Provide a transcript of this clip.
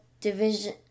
division